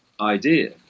idea